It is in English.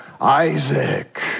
Isaac